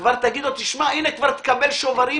כבר תגיד לו, הנה, כבר תקבל גם שוברים